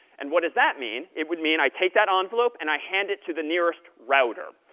and what does that mean? it would mean i take that envelope and i hand it to the nearest router.